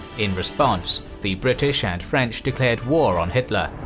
in response, the british and french declared war on hitler.